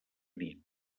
nit